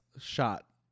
shot